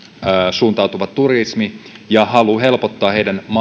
suuntautuva turismi ja halu helpottaa heidän